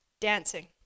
dancing